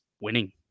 winning